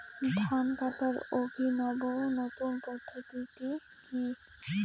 ধান কাটার অভিনব নতুন পদ্ধতিটি কি?